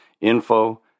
info